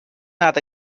not